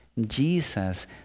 Jesus